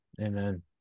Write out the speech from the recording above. Amen